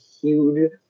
huge